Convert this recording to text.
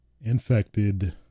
infected